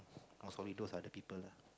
most probably those are the people lah